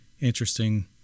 interesting